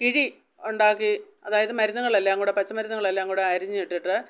കിഴി ഉണ്ടാക്കി അതായത് മരുന്നുകളെല്ലാം കൂടെ പച്ചമരുന്നുകളെല്ലാം കൂടെ അരിഞ്ഞിട്ടിട്ട്